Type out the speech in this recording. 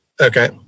okay